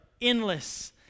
endless